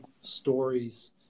stories